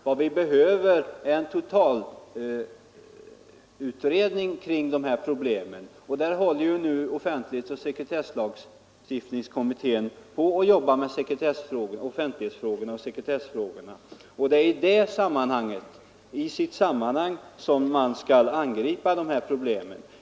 Vad vi behöver är en totalutredning kring de här problemen, och där håller ju nu offentlighetsoch sekretesslagstiftningskommittén på och jobbar på offentlighetsfrågorna och sekretessfrågorna. Det är i det sammanhanget man skall angripa det här problemet.